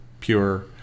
pure